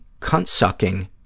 Cunt-Sucking